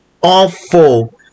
awful